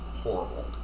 horrible